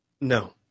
No